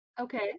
Okay